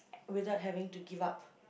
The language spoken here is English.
without having to give up